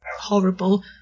horrible